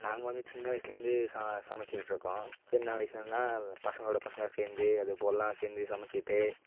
நாங்கள் வந்து சின்ன வயசிலேருந்து சா சமைச்சிக்கிட்ருக்கோம் சின்ன வயசிலேருந்துன்னா பசங்களோட பசங்களாக சேர்ந்து அது போலெல்லாம் சேர்ந்து சமைச்சிக்கிட்டு